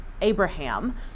Abraham